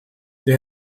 they